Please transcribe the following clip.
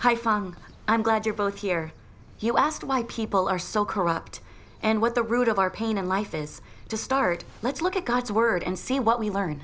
funk i'm glad you're both here you asked why people are so corrupt and what the root of our pain in life is to start let's look at god's word and see what we learn